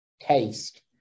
taste